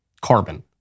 carbon